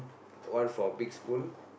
one for big spoon